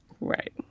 Right